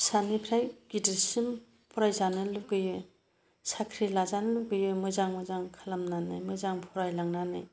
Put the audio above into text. फिसानिफ्राय गिदिरसिम फरायजानो लुगैयो साख्रि लाजानो लुगैयो मोजां मोजां खालामनानै मोजां फरायलांनानै